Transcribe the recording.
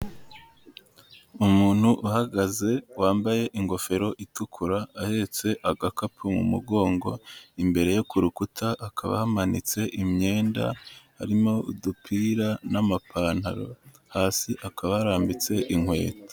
Umuntu uhagaze wambaye ingofero itukura ahetse agakapu mu mugongo imbere yo ku rukuta hakaba hamanitse imyenda harimo udupira n'amapantaro hasi hakaba harambitse inkweto.